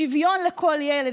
שוויון לכל ילד,